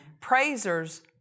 Praisers